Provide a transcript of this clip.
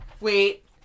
wait